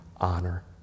honor